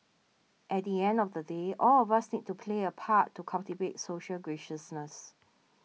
at the end of the day all of us need to play a part to cultivate social graciousness